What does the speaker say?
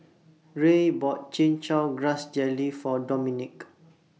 Rey bought Chin Chow Grass Jelly For Dominick